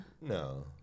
No